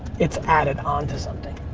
it's added on to something.